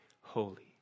holy